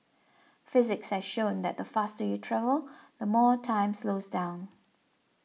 physics has shown that the faster you travel the more time slows down